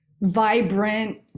vibrant